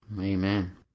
Amen